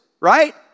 Right